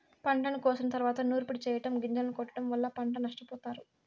పంటను కోసిన తరువాత నూర్పిడి చెయ్యటం, గొంజలను కొట్టడం వల్ల పంట నష్టపోతారు